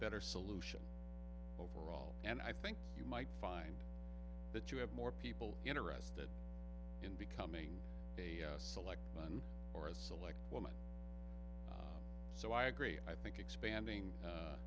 better solution overall and i think you might find that you have more people interested in becoming a select one or a select woman so i agree i think expanding